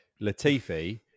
Latifi